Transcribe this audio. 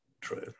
true